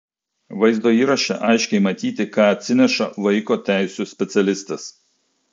vaizdo įraše aiškiai matyti ką atsineša vaiko teisių specialistės